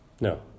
No